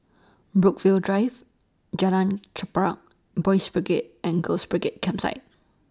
Brookvale Drive Jalan Chorak Boys' Brigade and Girls' Brigade Campsite